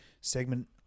segment